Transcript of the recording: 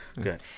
good